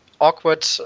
awkward